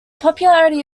popularity